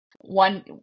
one